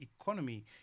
economy